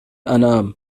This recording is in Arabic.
أنام